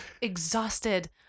exhausted